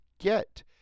get